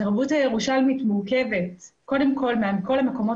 התרבות הירושלמית מורכבת קודם כל מכל המקומות